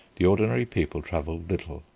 the ordinary people travelled little.